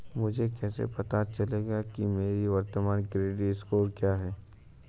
मुझे कैसे पता चलेगा कि मेरा वर्तमान क्रेडिट स्कोर क्या है?